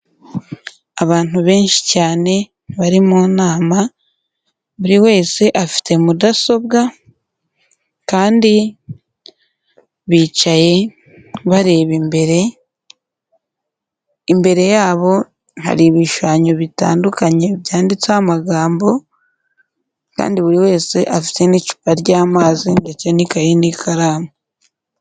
Abantu benshi cyane bari mu nama, buri wese afite mudasobwa kandi bicaye bareba imbere, imbere yabo hari ibishushanyo bitandukanye, byanditseho amagambo kandi buri wese afite n'icupa ry'amazi ndetse n'ikayi n'ikaramu.